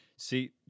See